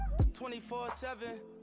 24-7